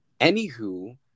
anywho